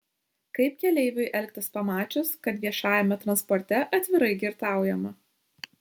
kaip keleiviui elgtis pamačius kad viešajame transporte atvirai girtaujama